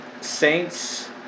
Saints